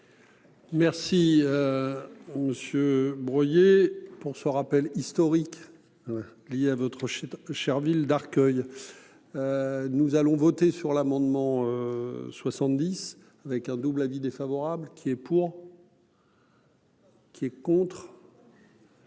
Monsieur Breuiller pour ce rappel historique ouais lié à votre Cherville d'Arcueil. Nous allons voter sur l'amendement. 70. Avec un double avis défavorable qui est pour. Qui est contre.